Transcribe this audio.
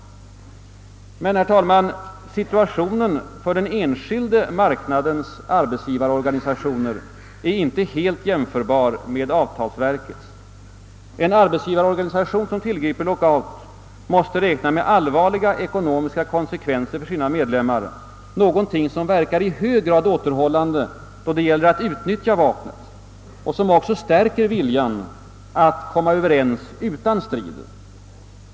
Men, herr talman, situationen för den enskilda marknadens arbetsgivarorganisationer är icke helt jämförbar med avtalsverkets. En arbetsgivarorganisation som tillgriper lockout måste räkna med allvarliga ekonomiska konsekvenser för sina medlemmar, något som verkar i hög grad återhållande då det gäller att utnyttja vapnet och är ägnat att stärka viljan att komma överens utan strid.